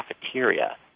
cafeteria